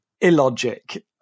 illogic